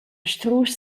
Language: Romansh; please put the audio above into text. strusch